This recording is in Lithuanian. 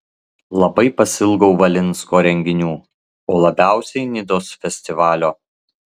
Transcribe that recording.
labai pasiilgau valinsko renginių o labiausiai nidos festivalio